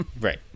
right